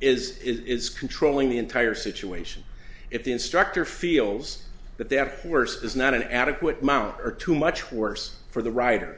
is is controlling the entire situation if the instructor feels that they have the worst is not an adequate amount or too much worse for the rider